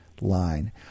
line